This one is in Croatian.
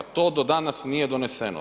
To do danas nije doneseno.